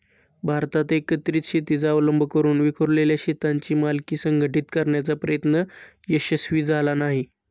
भारतात एकत्रित शेतीचा अवलंब करून विखुरलेल्या शेतांची मालकी संघटित करण्याचा प्रयत्न यशस्वी झाला नाही